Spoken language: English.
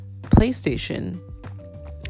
playstation